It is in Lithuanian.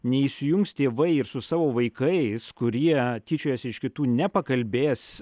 neįsijungs tėvai ir su savo vaikais kurie tyčiojasi iš kitų nepakalbės